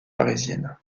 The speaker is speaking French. parisienne